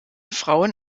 frauen